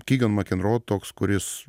kigenmakenro toks kuris